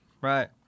Right